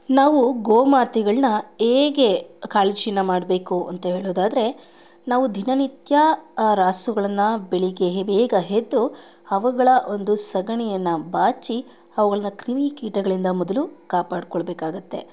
ನಾವು ಗೋಮಾತೆಗಳ್ನ ಹೇಗೆ ಕಾಳಜಿನ ಮಾಡಬೇಕು ಅಂತ ಹೇಳೋದಾದರೆ ನಾವು ದಿನನಿತ್ಯ ರಾಸುಗಳನ್ನ ಬೆಳಗ್ಗೆ ಬೇಗ ಎದ್ದು ಅವುಗಳ ಒಂದು ಸಗಣಿಯನ್ನ ಬಾಚಿ ಅವುಗಳನ್ನ ಕ್ರಿಮಿ ಕೀಟಗಳಿಂದ ಮೊದಲು ಕಾಪಾಡ್ಕೊಳ್ಬೇಕಾಗುತ್ತೆ